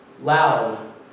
loud